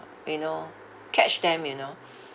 you know catch them you know